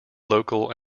local